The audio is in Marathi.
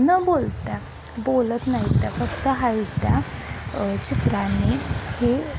न बोलत्या बोलत नाहीत त्या फक्त हलत्या चित्रांनी हे